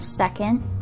Second